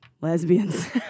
lesbians